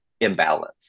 imbalance